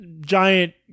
giant